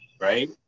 right